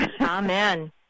Amen